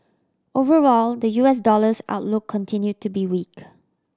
overall the U S dollar's outlook continue to be weak